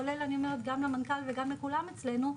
כולל גם למנכ"ל וגם לכולם אצלנו.